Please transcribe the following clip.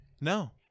no